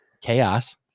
chaos